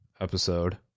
episode